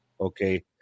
Okay